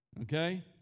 Okay